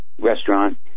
restaurant